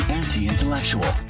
anti-intellectual